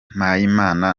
mpayimana